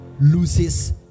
loses